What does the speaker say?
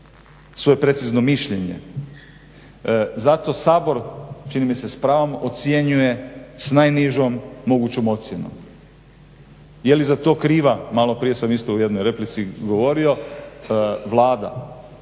svoje precizno mišljenje. Zato Sabor čini mi se s pravom ocjenjuje s najnižom mogućom ocjenom. Je li za to kriva, maloprije sam isto u jednoj replici govorio, Vlada?